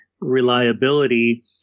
reliability